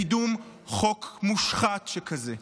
לקידום חוק מושחת שכזה.